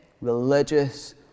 religious